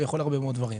יכול הרבה מאוד דברים.